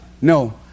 No